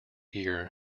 year